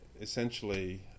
essentially